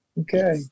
Okay